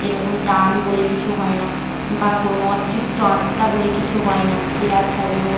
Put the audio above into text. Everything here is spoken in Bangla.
এরকম ডান বলে কিছু হয় না বা কোনো অতৃপ্ত আত্মা বলে কিছু হয় না যে আত্মাগুলো